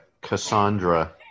Cassandra